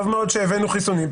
טוב מאוד שהבאנו חיסונים,